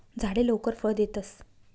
झाडे लवकर फळ देतस